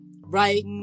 Right